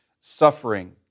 Suffering